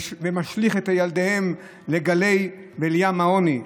ומשליך את ילדיהן לגלים ולים העוני.